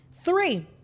Three